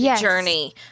Journey